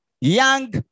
young